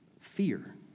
fear